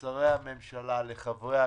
לשרי הממשלה, לחברי הכנסת,